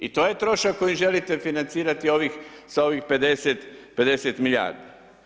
I to je trošak koji želite financirati sa ovih 50 milijardi.